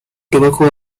tobacco